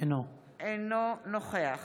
אינו נוכח